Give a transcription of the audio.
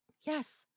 Yes